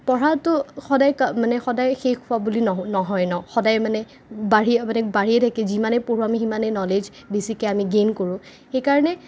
পঢ়াটো সদায় মানে সদায় শেষ হোৱা বুলি নহয় ন সদায় মানে বাঢ়িয়ে থাকে যিমানে পঢ়োঁ আমি সিমানে নলেজ বেছিকে আমি গেইন কৰোঁ সেইকাৰণে